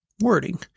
wording